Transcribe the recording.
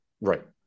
right